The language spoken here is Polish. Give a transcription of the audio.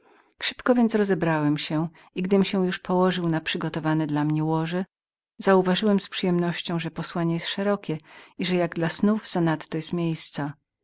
szybko więc rozebrałem się i na przygotowane dla mnie łoże gdym się już położył zauważyłem z przyjemnością że posłanie było szerokie i że jak dla snów zanadto było miejsca